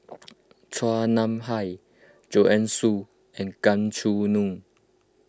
Chua Nam Hai Joanne Soo and Gan Choo Neo